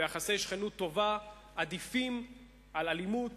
ויחסי שכנות טובה עדיפים על אלימות